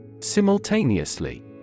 Simultaneously